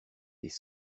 des